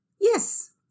Yes